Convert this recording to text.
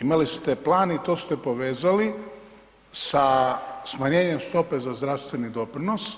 Imali ste plan i to ste povezali sa smanjenjem stope za zdravstveni doprinos